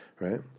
right